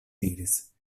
diris